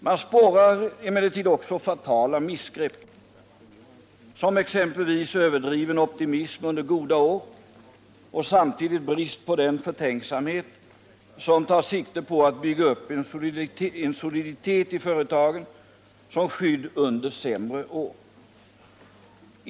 Man spårar emellertid också fatala missgrepp som exempelvis överdriven optimism under goda år och samtidigt brist på den förtänksamhet som tar sikte på att bygga upp en soliditet i företagen till skydd under sämre år.